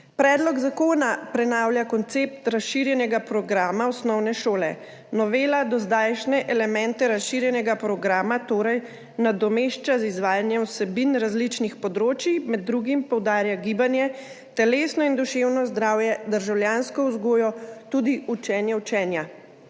Predlog zakona prenavlja koncept razširjenega programa osnovne šole. Novela dozdajšnje elemente razširjenega programa torej nadomešča z izvajanjem vsebin različnih področij, med drugim poudarja gibanje, telesno in duševno zdravje, državljansko vzgojo, tudi učenje učenja.